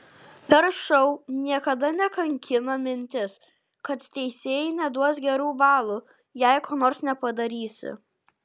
per šou niekada nekankina mintis kad teisėjai neduos gerų balų jei ko nors nepadarysi